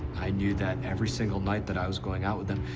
i knew that every single night that i was going out with them,